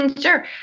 Sure